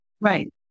right